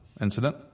incident